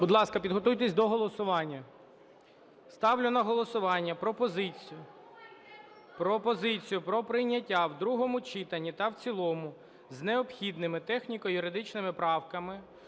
Будь ласка, підготуйтесь до голосування. Ставлю на голосування пропозицію про прийняття в другому читанні та в цілому з необхідними техніко-юридичними правками